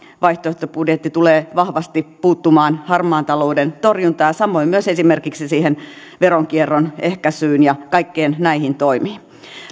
vaihtoehtobudjetti tulee vahvasti puuttumaan harmaan talouden torjuntaan ja samoin myös esimerkiksi siihen veronkierron ehkäisyyn ja kaikkiin näihin toimiin